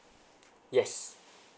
yes